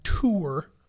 tour